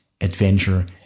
adventure